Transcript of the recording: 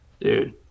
Dude